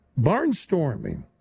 Barnstorming